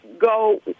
go